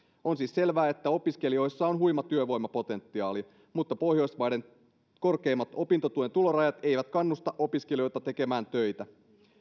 on siis selvää että opiskelijoissa on huima työvoimapotentiaali mutta pohjoismaiden korkeimmat opintotuen tulorajat eivät kannusta opiskelijoita tekemään töitä